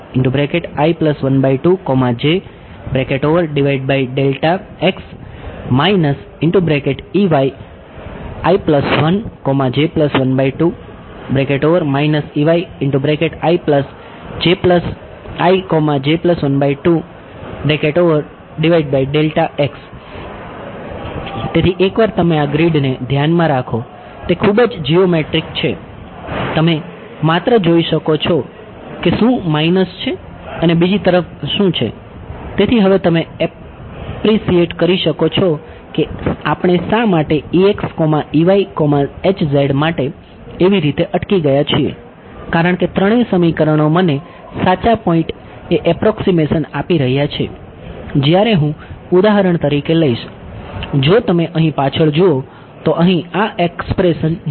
તેથી એકવાર તમે આ ગ્રિડને ધ્યાનમાં રાખો તે ખૂબ જ જીઓમેટ્રિક કરી શકો છો કે આપણે શા માટે માટે એવી રીતે અટકી ગયા છીએ કારણ કે ત્રણેય સમીકરણો મને સાચા પોઈન્ટ એ એપ્રોક્સીમેશન આપી રહ્યા છે જ્યારે હું ઉદાહરણ તરીકે લઈશ જો તમે અહીં પાછળ જુઓ તો અહીં આ એક્સપ્રેશન જુઓ